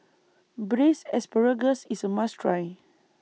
Braised Asparagus IS A must Try